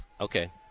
Okay